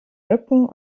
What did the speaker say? rücken